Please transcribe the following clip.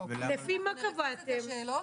אנחנו נרכז את השאלות,